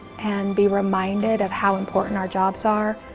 and be reminded of how important our jobs are,